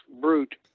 Brute